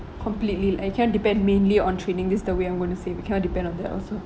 completely like you cannot depend mainly on trading this the way I'm going to save you cannot depend on that also